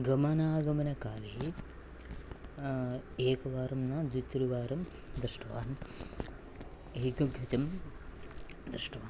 गमनागमनकाले एकवारं न द्वित्रिवारं दृष्टवान् एकं घृतं दृष्टवान्